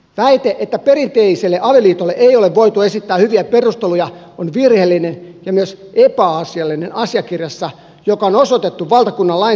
väite että perinteiselle avioliitolle ei ole voitu esittää hyviä perusteluja on virheellinen ja myös epäasiallinen asiakirjassa joka on osoitettu valtakunnan lakiasäätävälle elimelle